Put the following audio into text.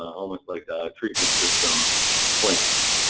almost like a treatment system plant.